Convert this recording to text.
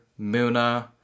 Muna